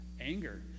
anger